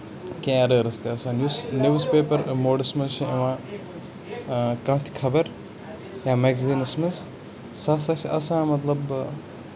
کیٚنٛہہ ایرٲرٕس تہِ آسان یُس نِوٕز پیپر موڈَس منٛز چھُ نِوان کانہہ تہِ خبر یا میگزیٖنَس منٛز سُہ ہسا چھُ آسان مطلب